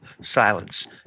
silence